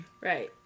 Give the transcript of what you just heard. Right